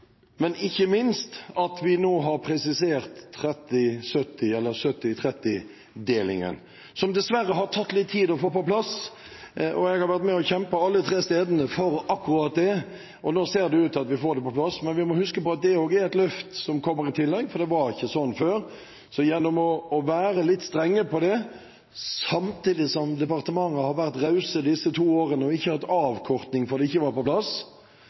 Men ikke minst har vi nå presisert 70/30-delingen, som det dessverre har tatt litt tid å få på plass. Jeg har vært med og kjempet alle tre stedene for akkurat det, og nå ser det ut til at vi får det på plass. Men vi må huske på at det også er et løft som kommer i tillegg, for det var ikke sånn før. Så gjennom å være litt strenge på det, samtidig som departementet har vært rause disse to årene og ikke har hatt avkorting fordi det ikke var på plass,